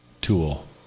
tool